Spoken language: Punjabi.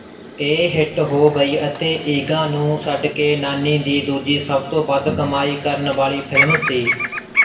ਇਹ ਹਿੱਟ ਹੋ ਗਈ ਅਤੇ ਈਗਾ ਨੂੰ ਛੱਡ ਕੇ ਨਾਨੀ ਦੀ ਦੂਜੀ ਸਭ ਤੋਂ ਵੱਧ ਕਮਾਈ ਕਰਨ ਵਾਲੀ ਫ਼ਿਲਮ ਸੀ